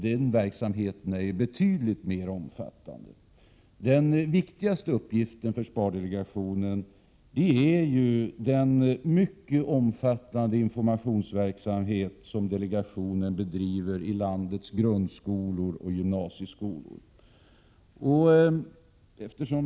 Den verksamheten är betydligt mer omfattande än annonsoch kampanjverksamheten. Den viktigaste uppgiften för spardelegationen är ju den mycket omfattan — Prot. 1987/88:114 de informationsverksamhet som bedrivs i landets grundskolor och gymna 4 maj 1988 sieskolor.